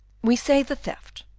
we say the theft,